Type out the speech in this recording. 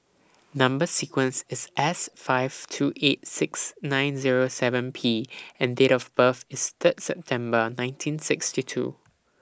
Number sequence IS S five two eight six nine Zero seven P and Date of birth IS Third September nineteen sixty two